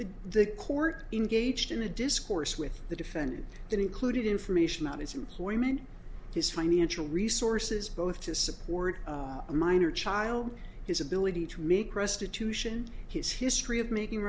the court in gauged in the discourse with the defendant that included information about his employment his financial resources both to support a minor child his ability to make restitution his history of making